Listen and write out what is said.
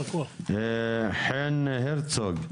חן הרצוג.